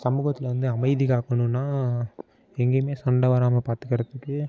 சமூகத்தில் இருந்து அமைதி காக்கணுன்னால் எங்கேயுமே சண்டை வராமல் பார்த்துக்கறதுக்கு